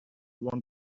want